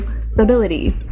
stability